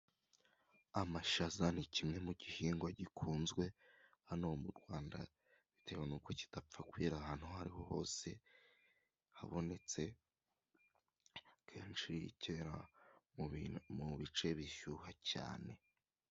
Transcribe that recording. Amashaza ni kimwe mu gihingwa gikunzwe hano mu Rwanda bitewe nuko kidapfa kwera ahantu aho ariho hose habonetse kenshi kera mu bice bishyuha cyane.